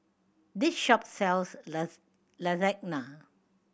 this shop sells Lasagna